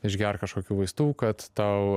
išgerk kažkokių vaistų kad tau